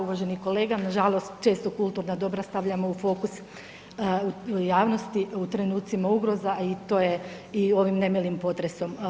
Uvaženi kolega, nažalost često kulturna dobra stavljamo u fokus javnosti u trenucima ugroza, a i to je i ovim nemilim potresom.